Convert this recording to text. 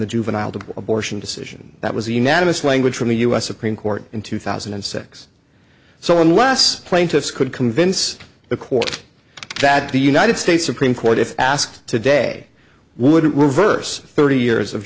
the juvenile to abortion decision that was a unanimous language from the u s supreme court in two thousand and six so unless plaintiffs could convince the court that the united states supreme court if asked today would reverse thirty years of